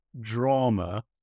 drama